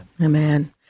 Amen